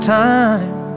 time